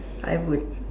I would